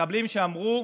ממחבלים שאמרו: